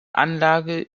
anlage